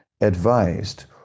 advised